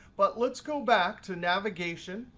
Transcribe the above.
but let's go back to navigation.